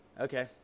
Okay